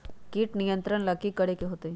किट नियंत्रण ला कि करे के होतइ?